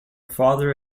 father